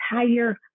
entire